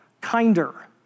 kinder